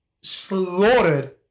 slaughtered